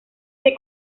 que